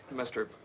mr.